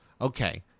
Okay